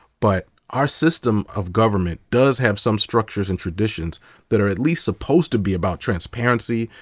but our system of government does have some structures and traditions that are at least supposed to be about transparency,